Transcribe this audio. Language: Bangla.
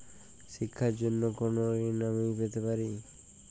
শিক্ষার জন্য কোনো ঋণ কি আমি পেতে পারি?